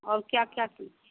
और क्या क्या